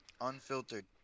unfiltered